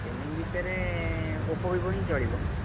gaming ଭିତରେ Oppo Vivo ହିଁ ଚଳିବ